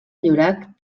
llorac